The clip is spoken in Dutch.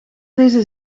deze